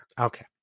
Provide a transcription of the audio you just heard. okay